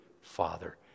father